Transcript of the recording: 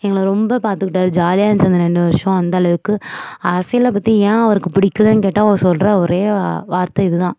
எங்களை ரொம்ப பாத்துக்கிட்டார் ஜாலியாக இருந்துச்சு அந்த ரெண்டு வருஷம் அந்தளவுக்கு அரசியலைப் பற்றி ஏன் அவருக்கு பிடிக்கலன்னு கேட்டால் அவர் சொல்லுற ஒரே வார்த்தை இது தான்